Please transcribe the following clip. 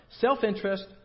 Self-interest